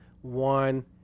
one